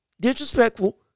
disrespectful